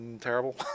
terrible